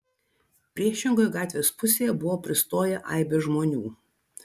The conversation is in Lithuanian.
priešingoje gatvės pusėje buvo pristoję aibės žmonių